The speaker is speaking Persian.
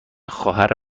خواهر